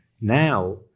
Now